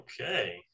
Okay